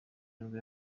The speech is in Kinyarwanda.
nibwo